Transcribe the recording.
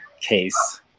case